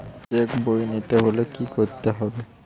Check বই নিতে হলে কি করতে হবে?